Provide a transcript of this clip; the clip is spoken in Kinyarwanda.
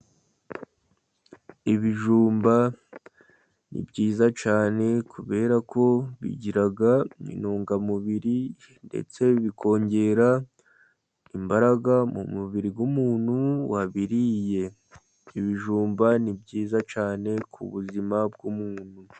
Ibijumba ni byiza cyane, kubera ko bigira intungamubiri, ndetse bikongera imbaraga mu mubiri w'umuntu wabiriye, ibijumba ni byiza cyane ku buzima bw'umuntu.